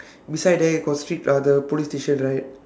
beside there got street uh the police station right